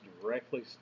directly